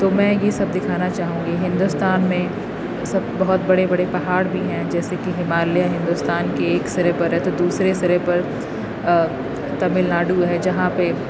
تو میں یہ سب دکھانا چاہوں گی ہندوستان میں سب بہت بڑے بڑے پہاڑ بھی ہیں جیسے کہ ہمالیہ ہے ہندوستان کی ایک سرے پر ہے تو دوسرے سرے پر تامل ناڈو ہے جہاں پہ